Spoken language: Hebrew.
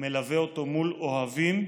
מלווה אותו מול אוהבים,